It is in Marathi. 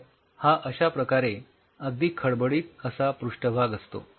तर हा अश्या प्रकारे अगदी खडबडीत असा पृष्ठभाग असतो